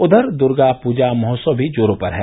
उधर दुर्गा पूजा महोत्सव भी जोरो पर है